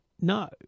no